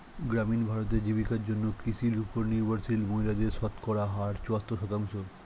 গ্রামীণ ভারতে, জীবিকার জন্য কৃষির উপর নির্ভরশীল মহিলাদের শতকরা হার চুয়াত্তর শতাংশ